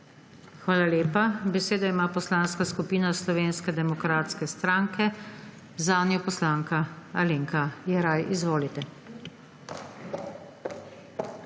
Hvala lepa. Besedo ima Poslanska skupina Slovenske demokratske stranke, zanjo poslanka Alenka Jeraj. Izvolite.